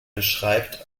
beschreibt